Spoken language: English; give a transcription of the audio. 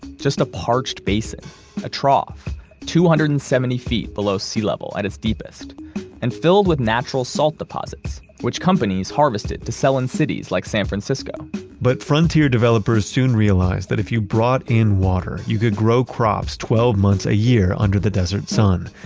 just a parched basin a trough two hundred and seventy feet below sea level at its deepest and filled with natural salt deposits, which companies harvested to sell in cities like san francisco but frontier developers soon realized that if you brought in water, you could grow crops twelve months a year under the desert sun.